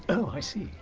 oh, i see.